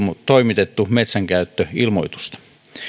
toimitettu metsänkäyttöilmoitusta